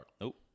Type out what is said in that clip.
Nope